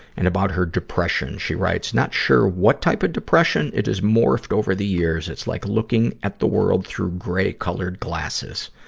and, about her depression, she writes, not sure what type of depression it has morphed over the years. it's like looking at the world through gray-colored glasses.